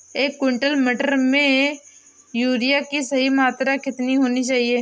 एक क्विंटल मटर में यूरिया की सही मात्रा कितनी होनी चाहिए?